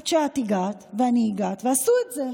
עד שאת הגעת ואני הגעתי ועשו את זה.